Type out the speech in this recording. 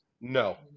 No